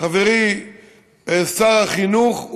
חברי שר החינוך,